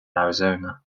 arizona